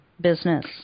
business